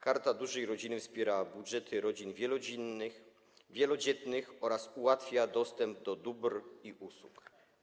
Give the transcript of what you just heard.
Karta Dużej Rodziny wspiera budżety rodzin wielodzietnych oraz ułatwia dostęp do dóbr i usług.